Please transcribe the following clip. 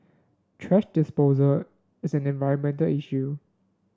thrash disposal is an environmental issue